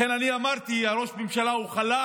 לכן אני אמרתי, ראש הממשלה הוא חלש,